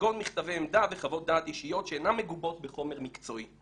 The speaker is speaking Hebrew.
כגון מכתבי עמדה וחוות דעת אישיות שאינן מגובות בחומר מקצועי.